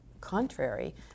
contrary